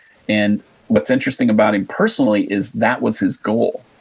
and what's interesting about him personally is that was his goal.